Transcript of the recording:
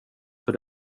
för